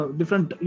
different